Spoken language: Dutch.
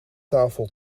tafel